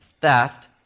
theft